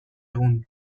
egun